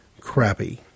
crappy